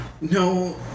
No